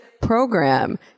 program